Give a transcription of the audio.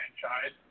franchise